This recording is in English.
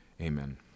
amen